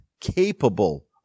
capable